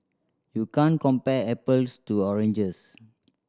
you can't compare apples to oranges